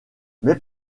mais